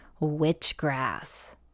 Witchgrass